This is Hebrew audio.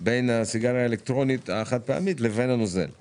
בין הסיגריה האלקטרונית החד פעמית לבין הנוזל.